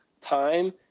time